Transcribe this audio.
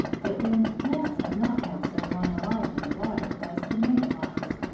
but then gnats have not had so long a life in the water as the may-flies.